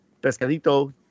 Pescadito